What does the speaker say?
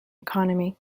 economy